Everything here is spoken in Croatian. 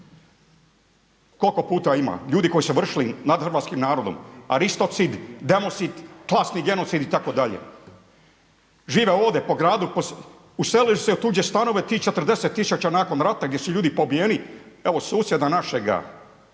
Koliko puta ima ljudi koji su vršili nad hrvatskim narodom aristocid, democid, klasni genocid itd. žive ovdje po gradu, uselili su se u tuđe stanove ti 40 tisuća nakon rata gdje su ljudi pobijeni. Evo susjeda našega